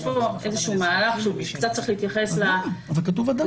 יש פה איזשהו מהלך שקצת צריך להתייחס להיסטוריה.